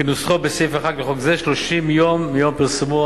כנוסחו בסעיף 1 לחוק זה, 30 יום מיום פרסומו.